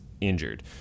injured